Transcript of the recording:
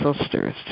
sisters